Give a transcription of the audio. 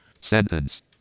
Sentence